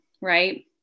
right